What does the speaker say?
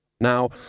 Now